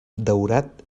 daurat